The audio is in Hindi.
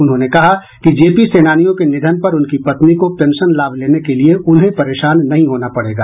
उन्होंने कहा कि जेपी सेनानियों के निधन पर उनकी पत्नी को पेंशन लाभ लेने के लिए उन्हें परेशान नहीं होना पड़ेगा